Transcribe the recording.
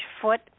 foot